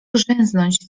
grzęznąć